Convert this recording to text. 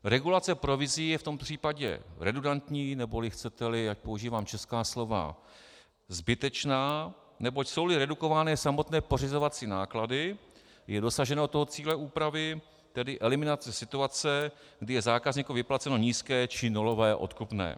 Regulace provizí je v tom případě redundantní, neboli chceteli, ať používám česká slova, zbytečná, neboť jsouli redukovány samotné pořizovací náklady, je dosaženo toho cíle úpravy, tedy eliminace situace, kdy je zákazníkovi vyplaceno nízké či nulové odkupné.